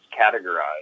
categorized